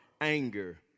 anger